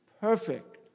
perfect